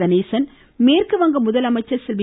கணேசன் மேற்குவங்க முதலமைச்சர் செல்வி